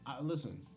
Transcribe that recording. Listen